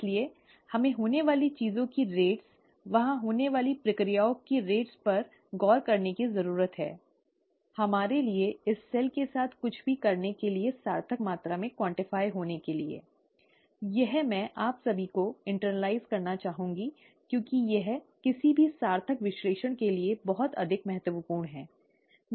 इसलिए हमें होने वाली चीजों की दरों वहां होने वाली प्रक्रियाओं की दरों पर गौर करने की जरूरत है हमारे लिए इस सेल के साथ कुछ भी करने के लिए सार्थक मात्रा में क्वांटिफाय होने के लिए ठीक है यह मैं आप सभी को आंतरिक करना चाहूंगा क्योंकि यह किसी भी सार्थक विश्लेषण के लिए बहुत अधिक महत्वपूर्ण है